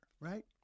right